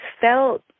felt